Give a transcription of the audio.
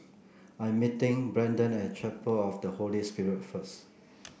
I am meeting Braydon at Chapel of the Holy Spirit first